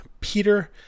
peter